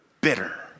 bitter